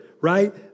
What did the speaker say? right